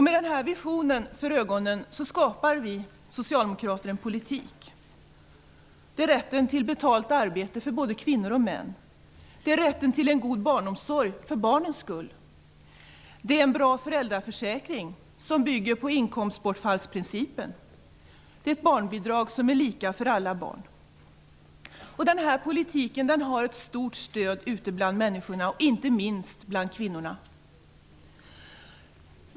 Med denna vision för ögonen skapar vi socialdemokrater en politik. Den omfattar rätten till betalt arbete för både kvinnor och män, rätten till en god barnomsorg för barnens skull, en bra föräldraförsäkring som bygger på inkomstbortfallsprincipen och ett barnbidrag som är lika för alla barn. Denna politik har ett stort stöd ute bland människorna, inte minst bland kvinnorna.